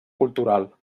cultural